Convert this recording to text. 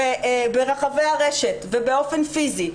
ברחבי הרשת ובאופן פיזי,